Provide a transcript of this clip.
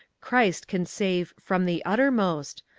christ can save from the uttermost,